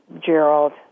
Gerald